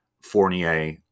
Fournier